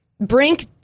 Brink